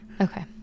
Okay